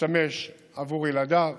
ישתמש עבור ילדיו,